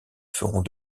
feront